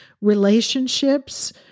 relationships